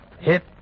hit